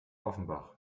offenbach